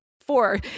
four